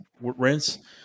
rinse